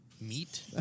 Meat